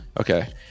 Okay